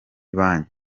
banki